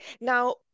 Now